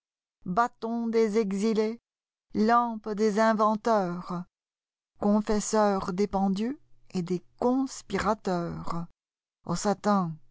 des exilés lampe des inventeurs confesseur des pendus et des conspirateurs sa